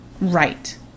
right